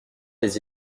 les